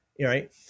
right